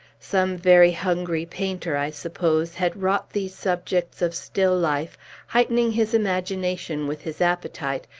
some very hungry painter, i suppose, had wrought these subjects of still-life, heightening his imagination with his appetite,